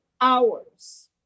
hours